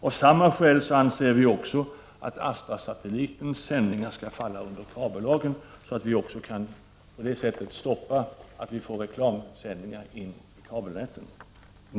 Av samma skäl anser vi också att Astrasatellitens sändningar skall falla under kabellagen för att vi på detta sätt skall kunna stoppa reklamsändningar i kabelnäten.